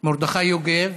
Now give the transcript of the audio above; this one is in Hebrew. מרדכי יוגב.